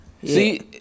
See